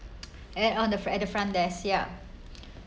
add on at the front there sia